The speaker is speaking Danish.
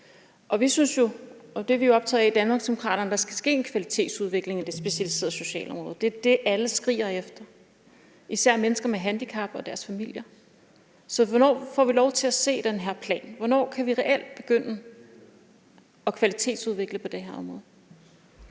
er i Danmarksdemokraterne optaget af, at der skal ske en kvalitetsudvikling på det specialiserede socialområde. Det er det, alle skriger efter, især mennesker med handicap og deres familier. Så hvornår får vi lov til at se den her plan? Hvornår kan vi reelt begynde at kvalitetsudvikle på det her område?